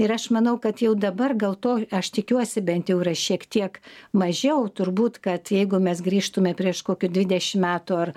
ir aš manau kad jau dabar gal to aš tikiuosi bent jau yra šiek tiek mažiau turbūt kad jeigu mes grįžtume prieš kokių dvidešim metų ar